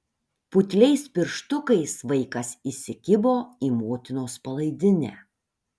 putliais pirštukais vaikas įsikibo į motinos palaidinę